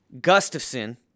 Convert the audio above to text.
Gustafson